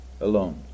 alone